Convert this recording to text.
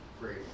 great